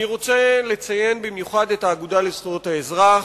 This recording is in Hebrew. אני רוצה לציין במיוחד את האגודה לזכויות האזרח,